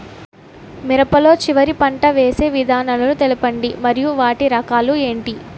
మిరప లో చివర పంట వేసి విధానాలను తెలపండి మరియు వాటి రకాలు ఏంటి